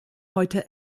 heute